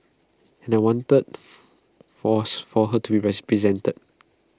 and I wanted was for her to be represented